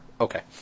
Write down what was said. Okay